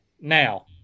Now